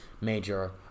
major